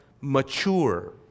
mature